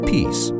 Peace